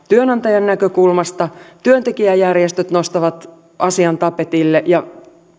työnantajan näkökulmasta työntekijäjärjestöt nostavat asian tapetille ja